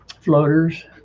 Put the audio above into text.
floaters